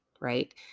right